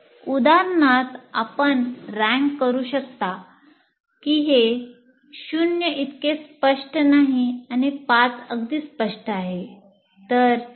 उदाहरणार्थ आपण रँक करू शकता की हे 0 इतकेच स्पष्ट नाही ५ अगदी स्पष्ट आहे